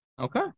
Okay